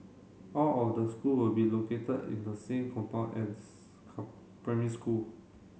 all of the school will be located in the same compound as primary school